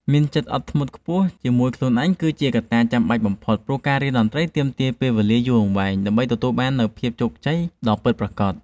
មានចិត្តអត់ធ្មត់ខ្ពស់ជាមួយខ្លួនឯងគឺជាកត្តាចាំបាច់បំផុតព្រោះការរៀនតន្ត្រីទាមទារពេលវេលាយូរអង្វែងដើម្បីទទួលបាននូវភាពជោគជ័យដ៏ពិតប្រាកដ។